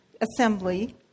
assembly